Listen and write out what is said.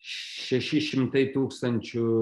šeši šimtai tūkstančių